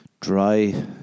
Dry